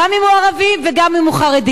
גם אם הוא ערבי וגם אם הוא חרדי,